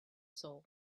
soul